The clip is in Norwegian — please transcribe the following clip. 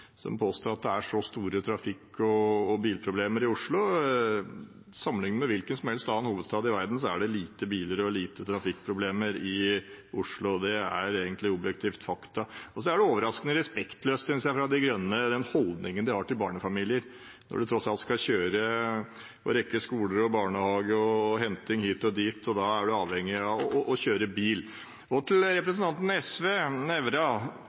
han påstår at det er så store trafikk- og bilproblemer i Oslo. Sammenliknet med hvilken som helst annen hovedstad i verden er det få biler og trafikkproblemer i Oslo. Det er et objektivt faktum. Den holdningen De Grønne har til barnefamilier, er overraskende respektløs. De skal tross alt kjøre og rekke skole, barnehage og henting hit og dit. Da er man avhengig av å kjøre bil. Til representanten Nævra fra SV: